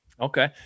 Okay